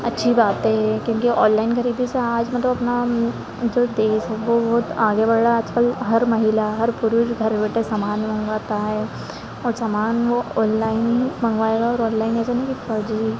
अच्छी बातें है क्योंकि ओनलाइन खरीदी से आज मलतब अपना जो देश वो बहुत आगे बढ़ रहा है आज कल हर महिला हर पुरुष घर बैठे सामान मंगवाता है और सामान वो ओनलाइन मंगवाएगा और ओनलाइन ऐसा नहीं कि फर्जी